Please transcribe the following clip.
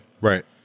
Right